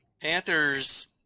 Panthers